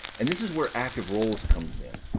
and this is where active roles comes in.